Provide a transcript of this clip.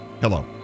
Hello